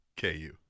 KU